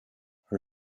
her